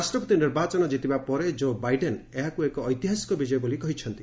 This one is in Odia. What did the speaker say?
ରାଷ୍ଟ୍ରପତି ନିର୍ବାଚନ ଜିତିବା ପରେ ଜୋ ବାଇଡେନ୍ ଏହାକୁ ଏକ ଐତିହାସିକ ବିଜୟ ବୋଲି କହିଛନ୍ତି